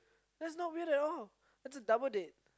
that's not weird at all that's a double date